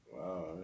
Wow